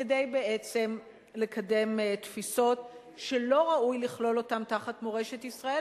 כדי בעצם לקדם תפיסות שלא ראוי לכלול אותן תחת "מורשת ישראל".